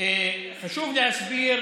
חשוב להסביר.